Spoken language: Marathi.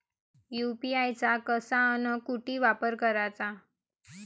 यू.पी.आय चा कसा अन कुटी वापर कराचा?